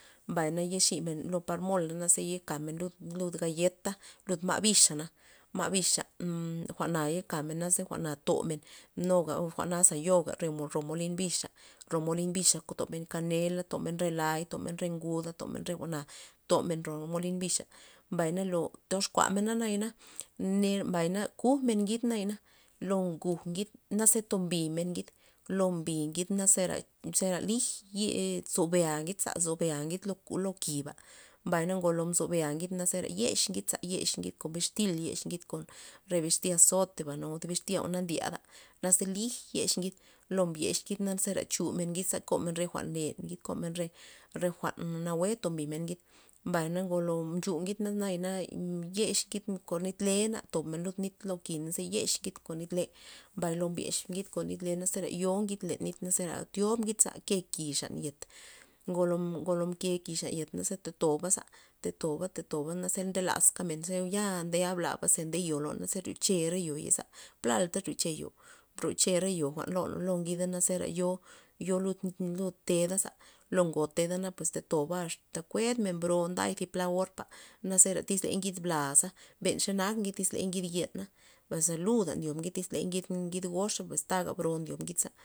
Mbay na yexi men par mol naze yekamen lud- lud gayeta kud ma' bixa na ma' bixa jwa'na ye kamen naze jwa'na tomen nuga jwa'na ze yoga re- ro molin bixa ro molin bixa tomen kanela' tomen re la'y tomen re nguda tomen re jwa'na tomen ro molin bixa mbay na lo toxkuamen nayana ner- mbay na kujmen ngid na nera lo ngud ngid zera tom bimen ngid, lo mbi ngid zera- zera lij ye zobe'a ngid lo la ki'ba mbay ngolo m zobe'a ngid zera yex ngid yex ngid kon bixtil yex ngid kon re bixtya zoteba o na kon bixtya jwa'n na ndyad'a naze lin yex ngid lo mbiz ngidna zera chumen ngid za komen re jwa'n len ngid komen re re jwa'n nawue tombi men ngid, mbay ngolo mchumen ngid naya na yex ngid kon nit lena' tob men lud nit lo ki za yex ngid kon nit le mbay lo mbyex ngid lena' zera yo ngid len nit zera thiob ngid ke ki' xaney yet ngolo- ngolo mke ki' xan yet naze ta tobaza te toba te toba naze nde laskamen ze ya ndela labze nde yo ze ryoche re yo'iza plalta ryoche yo mne broche re yo' lo ngida na zera yo yo lud lud tedaza lo ngo tedana pues ta toba axta kued men bro o nday pla or pa naze iz ngid blaza ben xe nak ingid tyz ngid yena pues ze luda ndyob ngid iz ley ngid ngid goza pues nga bro ndyo ngid za.